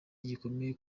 gikomeye